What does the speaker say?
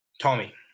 Tommy